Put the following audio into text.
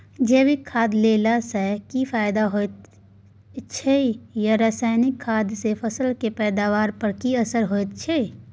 जैविक खाद देला सॅ की फायदा होयत अछि आ रसायनिक खाद सॅ फसल के पैदावार पर की असर होयत अछि?